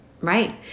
Right